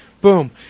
Boom